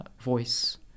voice